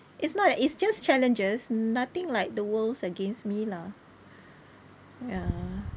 it's not that it's just challenges nothing like the world's against me lah ya